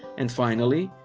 and finally,